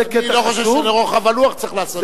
אני לא חושב שלרוחב הלוח צריך לעשות,